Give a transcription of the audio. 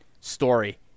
story